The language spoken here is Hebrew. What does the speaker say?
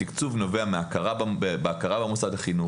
התקצוב נובע מהכרה במוסד החינוך.